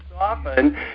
often